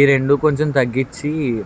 ఈ రెండూ కొంచెం తగ్గిచ్చి